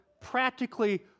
practically